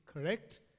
correct